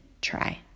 try